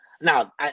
Now